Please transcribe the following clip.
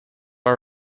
are